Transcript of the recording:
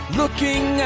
looking